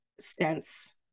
stents